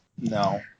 No